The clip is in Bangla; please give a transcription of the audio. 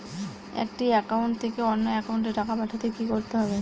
একটি একাউন্ট থেকে অন্য একাউন্টে টাকা পাঠাতে কি করতে হবে?